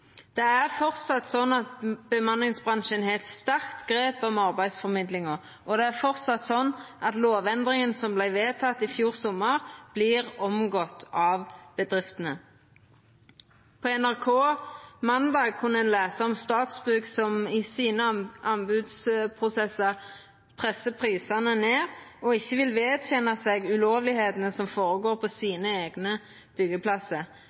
Det er framleis slik at bemanningsbransjen har eit sterkt grep om arbeidsformidlinga, og det er framleis slik at lovendringa som vart vedteken i fjor sommar, vert omgått av bedriftene. På NRK måndag kunne ein lesa om Statsbygg som i sine anbodsprosessar pressar prisane ned og ikkje vil vedkjenna seg ulovlegheitene som føregår på